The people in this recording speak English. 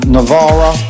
Navarra